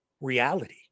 reality